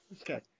Okay